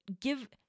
give